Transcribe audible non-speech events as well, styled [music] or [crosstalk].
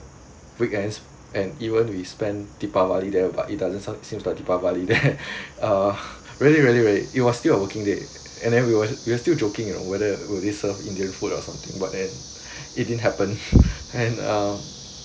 weekends and even we spend deepavali there but it doesn't sound seems like deepavali there [laughs] uh really really really it was still a working day and then we were we were still joking you know whether will they serve indian food or something but then it didn't happen [laughs] and uh